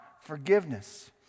forgiveness